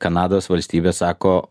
kanados valstybė sako